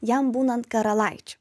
jam būnant karalaičiu